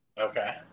Okay